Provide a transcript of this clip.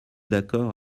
d’accord